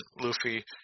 Luffy